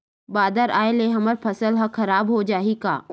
बादर आय ले हमर फसल ह खराब हो जाहि का?